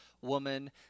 woman